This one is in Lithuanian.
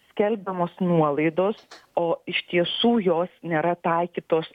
skelbiamos nuolaidos o iš tiesų jos nėra taikytos